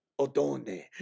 Odone